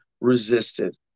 resisted